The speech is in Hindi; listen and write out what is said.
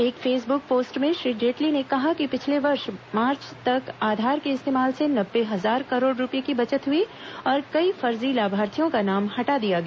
एक फेसबुक पोस्ट में श्री जेटली ने कहा कि पिछले वर्ष मार्च तक आ धार के इस्तेमाल से नब्बे हजार करोड़ रूपये की बचत हु ई और क ई फर्ज र्थी लाभा रिथायों का नाम हटा दिया गया